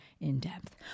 in-depth